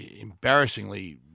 embarrassingly